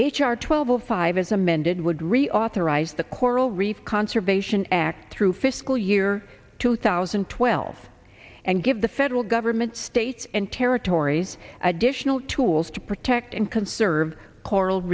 h r twelve o five as amended would reauthorize the coral reef conservation act through fiscal year two thousand and twelve and give the federal government states and territories additional tools to protect and conserve coral